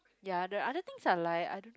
ya the other things are like I don't